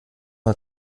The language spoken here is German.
mal